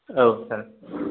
औ सार